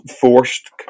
forced